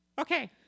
Okay